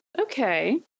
Okay